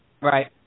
Right